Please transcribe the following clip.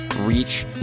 reach